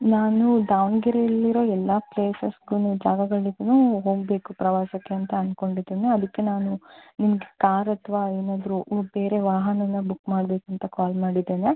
ನಾನು ದಾವಣಗೆರೆಯಲ್ಲಿರೊ ಎಲ್ಲ ಪ್ಲೇಸಸ್ಗೂ ಜಾಗಗಳಿಗು ಹೋಗಬೇಕು ಪ್ರವಾಸಕ್ಕೆ ಅಂತ ಅಂದ್ಕೊಂಡಿದಿನಿ ಅದಕ್ಕೆ ನಾನು ನಿಮಗೆ ಕಾರ್ ಅಥವಾ ಏನಾದ್ರೂ ಬೇರೆ ವಾಹನನ ಬುಕ್ ಮಾಡಬೇಕು ಅಂತ ಕಾಲ್ ಮಾಡಿದ್ದೇನೆ